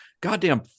goddamn